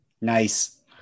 Nice